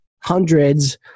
hundreds